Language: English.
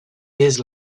years